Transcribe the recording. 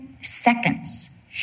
seconds